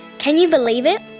can you believe it?